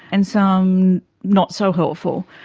and some not so helpful.